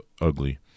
ugly